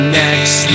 next